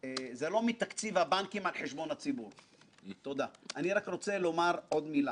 אין שום סיכוי, היו לפניך, יהיו אחריך," בסדרה של